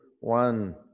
one